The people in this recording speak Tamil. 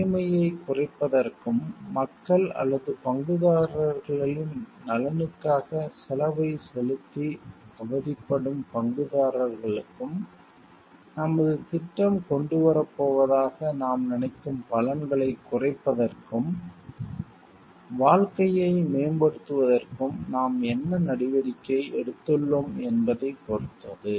தீமையைக் குறைப்பதற்கும் மக்கள் அல்லது பங்குதாரர்களின் நலனுக்காக செலவை செலுத்தி அவதிப்படும் பங்குதாரர்களுக்கும் நமது திட்டம் கொண்டு வரப் போவதாக நாம் நினைக்கும் பலன்களைக் குறைப்பதற்கும் வாழ்க்கையை மேம்படுத்துவதற்கும் நாம் என்ன நடவடிக்கை எடுத்துள்ளோம் என்பதைப் பொறுத்தது